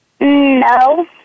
No